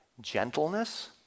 Gentleness